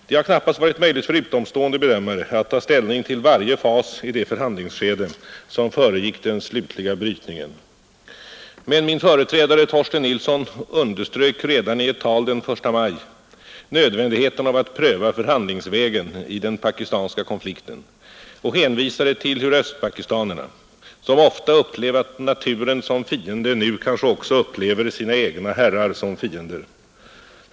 Det har knappast varit möjligt för utomstående bedömare att ta ställning till varje fas i det förhandlingsskede, som föregick den slutliga brytningen. Men min företrädare Torsten Nilsson underströk redan i ett tal den 1 maj nödvändigheten av att pröva förhandlingsvägen i den pakistanska konflikten och hänvisade till hur östpakistanerna, som ofta upplevat naturen som fiende, nu kanske också upplever sina egna herrar som fiender.